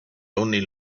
only